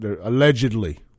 Allegedly